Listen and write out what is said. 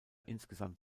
insgesamt